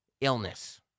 illness